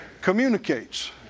communicates